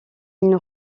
une